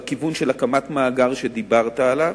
גם בכיוון הקמת המאגר שדיברת עליו,